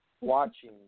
watching